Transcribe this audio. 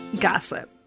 gossip